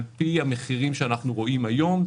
על פי המחירים שאנחנו רואים היום,